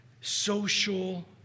social